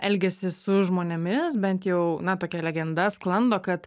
elgiasi su žmonėmis bent jau na tokia legenda sklando kad